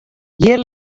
hjir